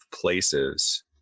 places